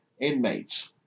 inmates